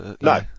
No